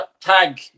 tag